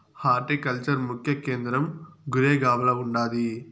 horticulture ముఖ్య కేంద్రం గురేగావ్ల ఉండాది